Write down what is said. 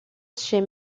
chez